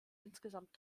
insgesamt